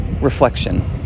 reflection